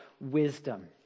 wisdom